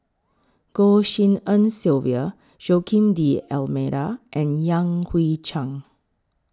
Goh Tshin En Sylvia Joaquim D'almeida and Yan Hui Chang